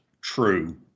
true